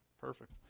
Perfect